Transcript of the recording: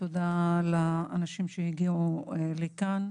תודה לאנשים שהגיעו לכאן.